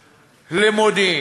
למודיעין.